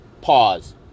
pause